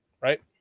right